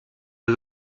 der